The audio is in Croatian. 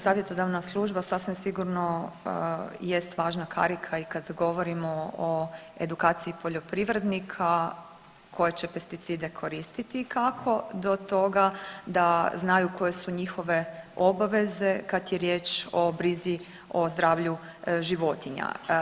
Savjetodavna služba sasvim sigurno jest važna karika i kad govorimo o edukaciji poljoprivrednika koje će pesticide koristiti i kako do toga da znaju koje su njihove obaveze kad je riječ o brizi o zdravlju životinja.